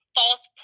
false